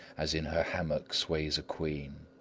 as in her hammock sways a queen.